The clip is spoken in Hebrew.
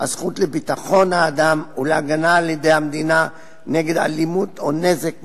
הזכות לביטחון האדם ולהגנה על-ידי המדינה נגד אלימות או נזק גופני,